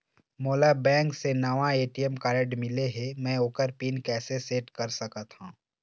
मोला बैंक से नावा ए.टी.एम कारड मिले हे, म ओकर पिन कैसे सेट कर सकत हव?